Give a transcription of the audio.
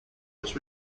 was